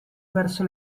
verso